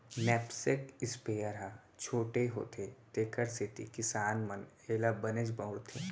knapsack sprayer ह छोटे होथे तेकर सेती किसान मन एला बनेच बउरथे